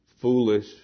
foolish